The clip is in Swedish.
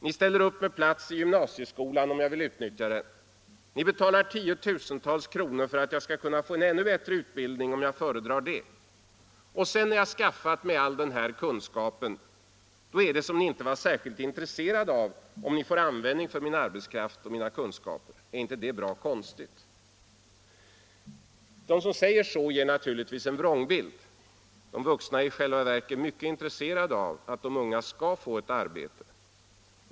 Ni ställer upp med plats i gymnasieskolan om jag vill utnyttja den. Ni betalar tiotusentals kronor för att jag skall kunna få en ännu bättre utbildning om jag föredrar det. Och sedan, när jag skaffat mig all den här kunskapen, är det som om ni inte vore särskilt intresserade av om ni får användning för min arbetskraft och mina kunskaper. Är inte det bra konstigt? De som säger så ger naturligtvis en vrångbild — de vuxna är i själva verket mycket intresserade av att de unga skall få ett arbete.